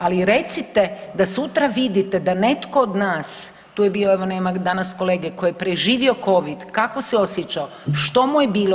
Ali recite da sutra vidite da netko od nas, tu je bio evo nema danas kolege koji je preživio covid, kako se osjećao, što mu je bilo?